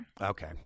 Okay